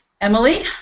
Emily